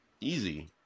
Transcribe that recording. Easy